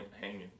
hanging